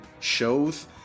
shows